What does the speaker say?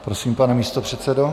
Prosím, pane místopředsedo.